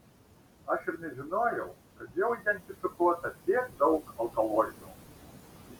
aš ir nežinojau kad jau identifikuota tiek daug alkaloidų